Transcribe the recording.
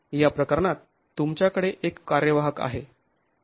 या प्रकरणात तुमच्याकडे एक कार्यवाहक आहे